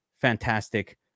fantastic